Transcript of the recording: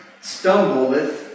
Stumbleth